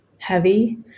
heavy